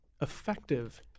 effective